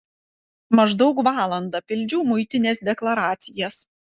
maždaug valandą pildžiau muitinės deklaracijas